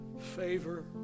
favor